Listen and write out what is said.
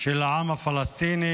של העם הפלסטיני,